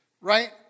Right